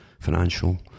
financial